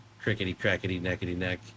crickety-crackety-neckety-neck